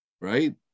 Right